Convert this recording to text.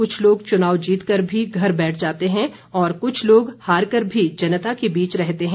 कुछ लोग चुनाव जीतकर भी घर बैठ जाते हैं और कुछ लोग हारकर भी जनता के बीच ही रहते हैं